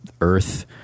Earth